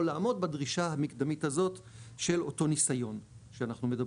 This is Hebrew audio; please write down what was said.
לעמוד בדרישה המקדמית הזאת של אותו ניסיון שאנחנו מדברים.